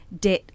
debt